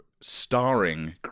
starring